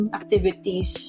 activities